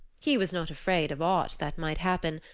he was not afraid of aught that might happen,